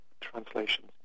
translations